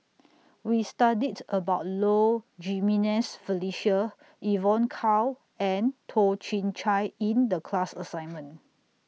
We studied about Low Jimenez Felicia Evon Kow and Toh Chin Chye in The class assignment